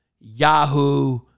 Yahoo